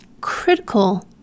critical